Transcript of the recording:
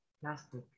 plastic